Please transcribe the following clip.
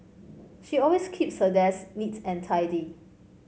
she always keeps her desk and tidy